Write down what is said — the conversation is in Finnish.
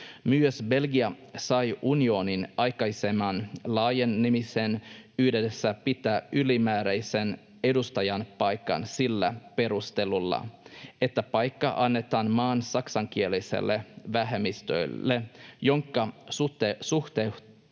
Myös Belgia sai unionin aikaisemman laajenemisen yhteydessä pitää ylimääräisen edustajanpaikan sillä perustelulla, että paikka annetaan maan saksankieliselle vähemmistölle, jonka suhteutettua